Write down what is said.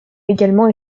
également